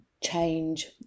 change